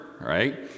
right